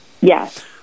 Yes